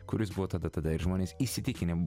kur jūs buvot tada tada ir žmonės įsitikinę